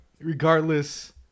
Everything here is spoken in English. Regardless